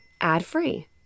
ad-free